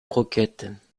croquettes